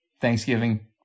Thanksgiving